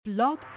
Blog